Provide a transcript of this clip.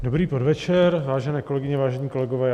Dobrý podvečer, vážené kolegyně, vážení kolegové.